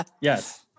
Yes